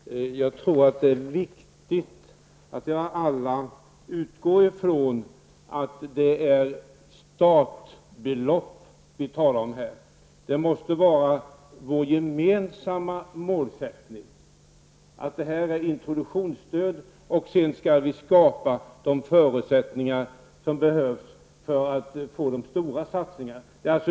Herr talman! Jag tror att det är viktigt att vi alla utgår från att det är startbelopp som vi här talar om. Det måste vara vår gemensamma målsättning att gäller ett introduktionsstöd och att vi skall skapa de förutsättningar som behövs för att få till stånd de stora satsningarna efter detta.